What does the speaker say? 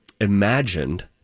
imagined